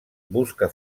busca